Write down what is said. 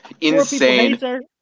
Insane